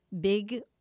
big